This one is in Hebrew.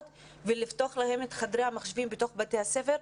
ולפתוח להם את חדרי המחשבים שבתי הספר,